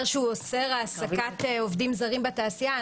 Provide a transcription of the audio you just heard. שהוא אוסר העסקת עובדים זרים בתעשייה,